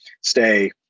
stay